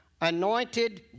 anointed